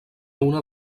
una